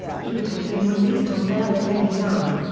he could have been released on bail at any time,